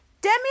Demi